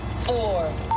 Four